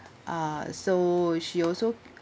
uh so she also